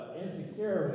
insecure